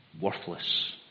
Worthless